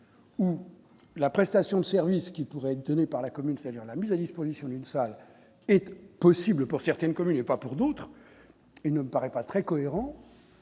cas la prestation de service qui pourraient être donnés par la commune, c'est-à-dire la mise à disposition d'une salle étaient possibles pour certaines communes et pas pour d'autres, il ne me paraît pas très cohérent.